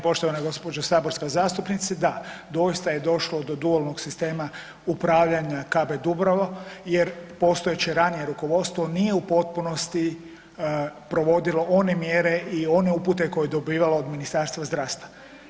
Poštovana gospođo saborska zastupnice, da, doista je došlo do dualnog sistema upravljanja KB Dubrava jer postojeće ranije rukovodstvo nije u potpunosti provodilo one mjere i one upute koje je dobivalo od Ministarstva zdravstva.